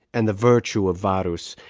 and the virtue of varus,